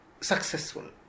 successful